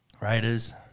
Raiders